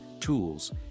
tools